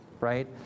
right